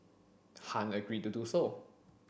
Han agreed to do so